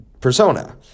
persona